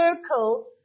circle